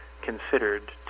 considered